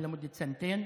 והחוק הוא למשך שנתיים,